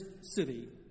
city